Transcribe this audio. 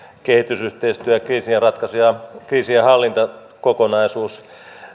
kehitysyhteistyö ja kriisienratkaisu ja kriisienhallinta kokonaisuus